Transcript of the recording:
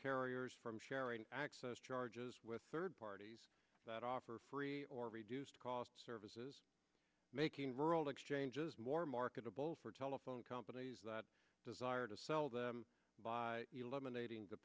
carriers from sharing access charges with third parties that offer free or reduced cost services making rural exchanges more marketable for telephone companies that desire to sell them by eliminating the